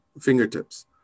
fingertips